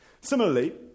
Similarly